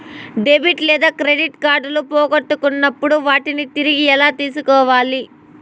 debit లేదా credit కార్డులు పోగొట్టుకున్నప్పుడు వాటిని తిరిగి ఎలా తీసుకోవాలి